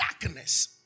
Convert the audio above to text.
Darkness